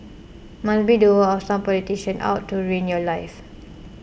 must be the work of some politician out to ruin your life